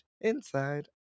inside